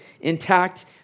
intact